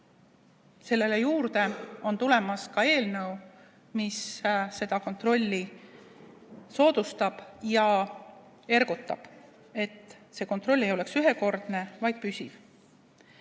selle kõrval on tulemas ka eelnõu, mis seda kontrolli soodustab ja ergutab, nii et see kontroll ei oleks ühekordne, vaid püsiv.